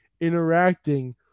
interacting